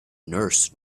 nurse